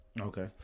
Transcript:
Okay